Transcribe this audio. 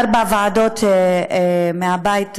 בארבע ועדות מהבית הזה,